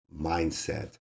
mindset